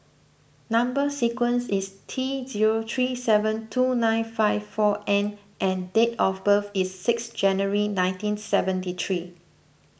Number Sequence is T zero three seven two nine five four N and date of birth is six January nineteen seventy three